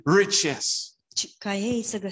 riches